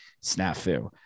snafu